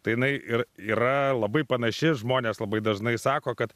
tai jinai ir yra labai panaši žmonės labai dažnai sako kad